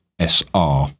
SR